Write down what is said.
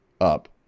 up